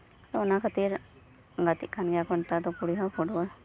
ᱚᱱᱟ ᱠᱷᱟᱛᱤᱨ ᱜᱟᱛᱮᱜ ᱠᱟᱱ ᱜᱮᱭᱟ ᱠᱚ ᱱᱮᱛᱟᱨ ᱫᱚ ᱠᱩᱲᱤ ᱦᱚᱸ ᱯᱷᱩᱴᱵᱚᱞ